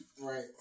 Right